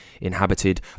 inhabited